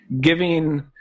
giving